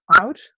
out